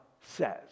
says